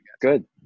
Good